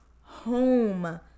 home